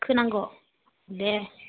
खोनांग' दे